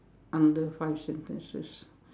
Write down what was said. under five sentences